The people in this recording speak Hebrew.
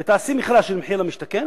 תעשה מכרז של מחיר למשתכן,